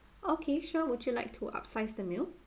okay sure would you like to upsize the meal